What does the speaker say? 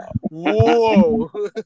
Whoa